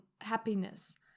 happiness